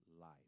life